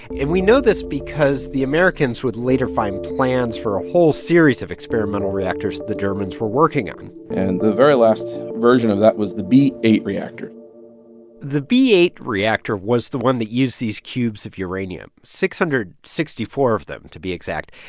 and we know this because the americans would later find plans for a whole series of experimental reactors the germans were working on and the very last version of that was the b eight reactor the b eight reactor was the one that used these cubes of uranium six hundred and sixty four of them, to be exact.